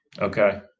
Okay